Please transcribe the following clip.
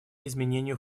изменению